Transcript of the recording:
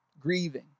grieving